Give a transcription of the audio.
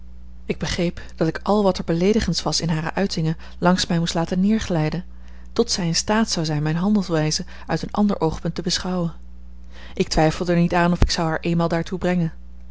ik begreep dat ik al wat er beleedigends was in hare uitingen langs mij moest laten neerglijden tot zij in staat zou zijn mijne handelwijze uit een ander oogpunt te beschouwen ik twijfelde er niet aan of ik zou haar eenmaal daartoe brengen